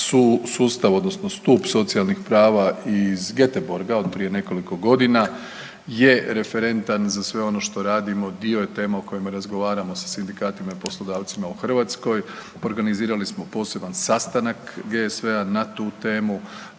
sustav odnosno stup socijalnih prava iz Goteborga od prije nekoliko godina je referentan za sve ono što radimo, dio je tema o kojima razgovaramo sa sindikatima i poslodavcima u Hrvatskoj. Organizirali smo poseban sastanak GSV-a na tu temu,